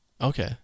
Okay